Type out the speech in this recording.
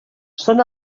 són